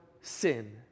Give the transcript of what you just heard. sin